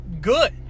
good